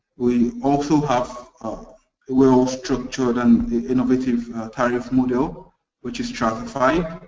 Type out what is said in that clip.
we also have well-structured and innovative tariff model which is stratified.